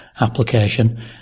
application